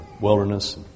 wilderness